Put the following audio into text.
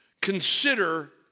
consider